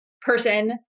person